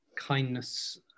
kindness